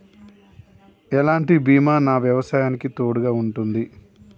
ఎలాంటి బీమా నా వ్యవసాయానికి తోడుగా ఉంటుంది?